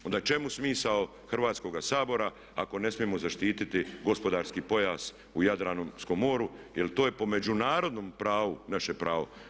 Onda čemu smisao Hrvatskoga sabora ako ne smijemo zaštiti gospodarski pojas u Jadranskom moru jer to je po međunarodnom pravu naše pravo.